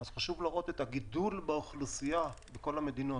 חשוב להראות את הגידול באוכלוסייה בכל המדינות